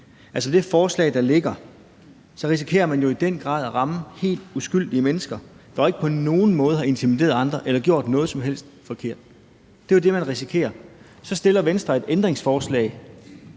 Altså, med det forslag, der ligger, risikerer man jo i den grad at ramme helt uskyldige mennesker, der ikke på nogen måde har intimideret andre eller gjort noget som helst forkert. Det er jo det, man risikerer. Så stiller Venstre et ændringsforslag,